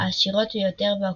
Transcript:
העשירות ביותר באוקיינוסים.